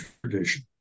tradition